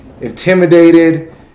intimidated